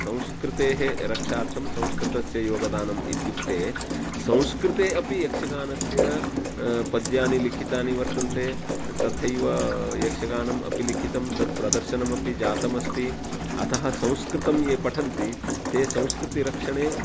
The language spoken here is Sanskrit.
संस्कृतेः रक्षार्थं संस्कृतस्य योगदानम् इत्युक्ते संस्कृते अपि यक्षगानस्य पद्यानि लिखितानि वर्तन्ते तथैव यक्षगानम् अपि लिखितं तत् प्रदर्शनम् अपि जातमस्ति अतः संस्कृतं ये पठन्ति ते संस्कृतिरक्षणे